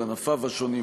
על ענפיו השונים,